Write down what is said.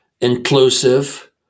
inclusive